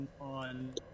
on